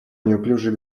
неуклюжий